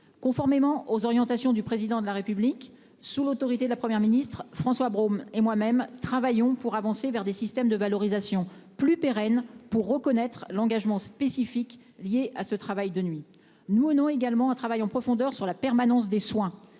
Conformément aux orientations fixées par le Président de la République, et sous l'autorité de la Première ministre, François Braun et moi-même travaillons à des systèmes de valorisation plus pérennes pour reconnaître l'engagement spécifique lié à ce travail de nuit. Nous menons également un travail en profondeur sur la permanence des soins.